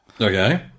Okay